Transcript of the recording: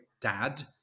dad